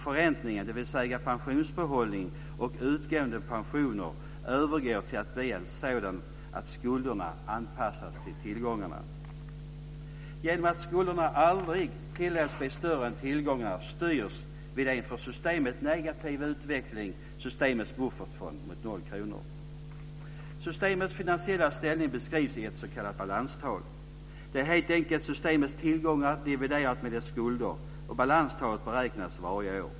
Förräntningen, dvs. pensionsbehållning och utgående pensioner, övergår till att bli sådan att skulderna anpassas till tillgångarna. Genom att skulderna aldrig tillåts bli större än tillgångarna styrs, vid en för systemet negativ utveckling, systemets buffertfond mot 0 kr. Systemets finansiella ställning beskrivs i ett s.k. balanstal. Det är helt enkelt systemets tillgångar dividerat med dess skulder. Balanstalet beräknas varje år.